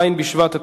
ז' בשבט התשע"ב,